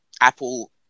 Apple